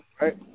right